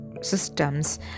systems